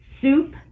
soup